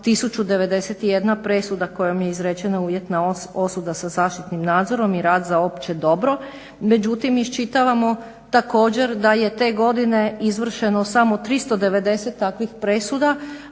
1091 presuda kojom je izrečena uvjetna osuda sa zaštitnim nadzorom i rad za opće dobro, međutim iščitavamo također da je te godine izvršeno samo 390 takvih presuda,